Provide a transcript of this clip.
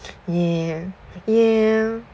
yeah yeah